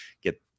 get